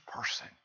person